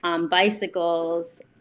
bicycles